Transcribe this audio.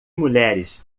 mulheres